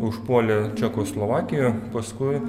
užpuolė čekoslovakiją paskui